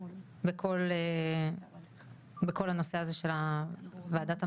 בכל הנושא הזה של וועדת המחירים?